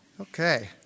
Okay